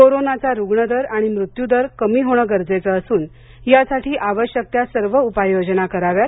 कोरोनाचा रुग्णदर आणि मृत्युदर कमी होण गरजेचं असून यासाठी आवश्यक त्या सर्व उपाययोजना कराव्यात